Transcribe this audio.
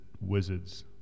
Wizards